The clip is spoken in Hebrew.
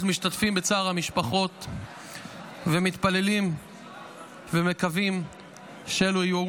אנחנו משתתפים בצער המשפחות ומתפללים ומקווים שאלו יהיו